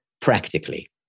practically